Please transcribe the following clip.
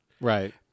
Right